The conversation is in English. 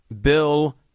Bill